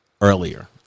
earlier